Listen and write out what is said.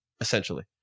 essentially